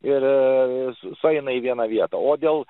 ir sueina į vieną vietą o dėl